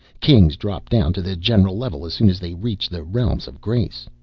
kings drop down to the general level as soon as they reach the realms of grace.